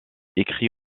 écrit